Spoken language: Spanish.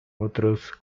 otros